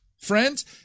Friends